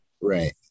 Right